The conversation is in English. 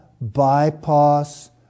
bypass